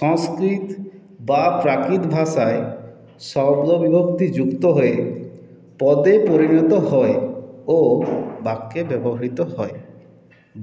সংস্কৃত বা প্রাকৃত ভাষায় শব্দ বিভক্তি যুক্ত হয়ে পদে পরিণত হয় ও বাক্যে ব্যবহৃত হয়